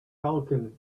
falcon